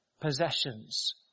possessions